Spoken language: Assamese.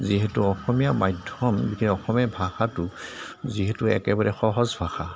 যিহেতু অসমীয়া মাধ্যম এতিয়া অসমীয়া ভাষাটো যিহেতু একেবাৰে সহজ ভাষা